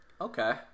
Okay